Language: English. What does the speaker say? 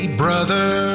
brother